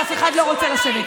אף אחד לא רוצה לשבת.